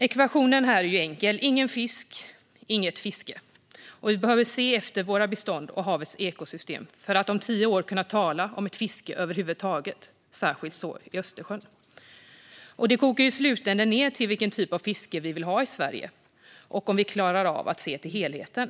Ekvationen här är enkel: ingen fisk, inget fiske. Vi behöver se efter våra bestånd och havets ekosystem för att om tio år över huvud taget kunna tala om ett fiske, särskilt så i Östersjön. Det kokar i slutänden ned till vilken typ av fiske vi vill ha i Sverige och om vi klarar av att se till helheten.